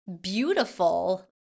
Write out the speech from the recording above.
beautiful